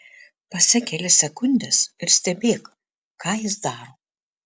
pasek kelias sekundes ir stebėk ką jis daro